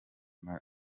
maj